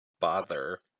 bother